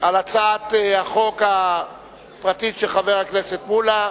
על הצעת החוק הפרטית של חבר הכנסת מולה,